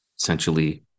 essentially